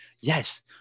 yes